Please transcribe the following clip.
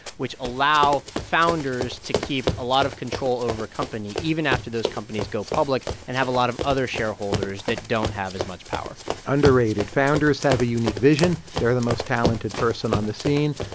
which allow founders to keep a lot of control over a company even after those companies go public and have a lot of other shareholders that don't have as much power underrated. founders have a unique vision. they're the most talented person on the scene.